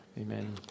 Amen